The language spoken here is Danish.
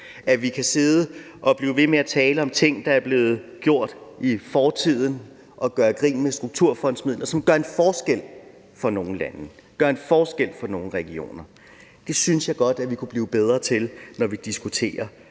ikke sidde og blive ved med at tale om ting, der er blevet gjort i fortiden, og gøre grin med strukturfondsmidler, som gør en forskel for nogle lande, gør en forskel for nogle regioner. Det synes jeg godt vi kunne blive bedre til, når vi diskuterer